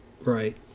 Right